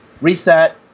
reset